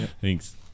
Thanks